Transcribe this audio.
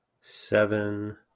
seven